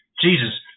Jesus